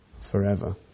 forever